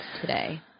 today